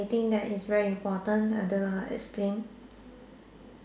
think that it's very important I don't know how to explain